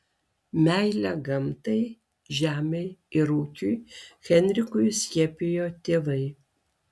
meilę gamtai žemei ir ūkiui henrikui įskiepijo tėvai